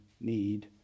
need